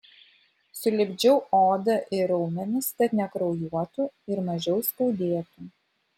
sulipdžiau odą ir raumenis kad nekraujuotų ir mažiau skaudėtų